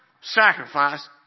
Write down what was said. sacrifice